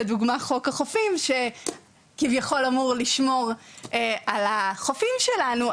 לדוגמה חוק החופים שכביכול אמור לשמור על החופים שלנו,